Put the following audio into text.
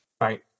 Right